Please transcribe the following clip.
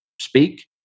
speak